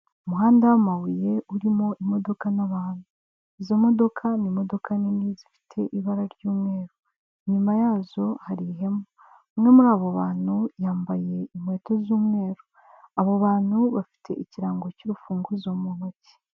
Umuhanda w'amabuye urimo imodoka, izo modoka ni imodoka nini zifite ibara ry'umweru, inyuma yazo hari ihema, umwe muri abo bantu yambaye inkweto z'umweru, abo bantu bafite ikirango cy'urufunguzo mu ntoki.